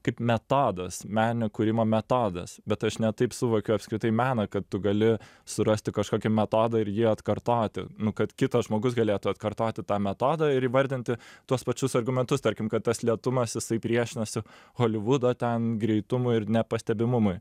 kaip metodas meninio kūrimo metodas bet aš ne taip suvokiu apskritai meną kad tu gali surasti kažkokį metodą ir jį atkartoti nu kad kitas žmogus galėtų atkartoti tą metodą ir įvardinti tuos pačius argumentus tarkim kad tas lėtumas jisai priešinasi holivudo ten greitumui ir nepastebimumui